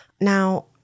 Now